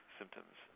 symptoms